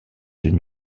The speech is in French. une